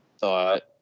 thought